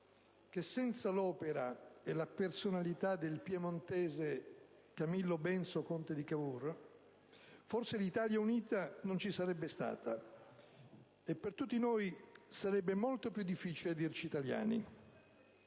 che, senza l'opera e la personalità del piemontese Camillo Benso, conte di Cavour, forse l'Italia unita non ci sarebbe stata e per tutti noi sarebbe molto più difficile dirci italiani.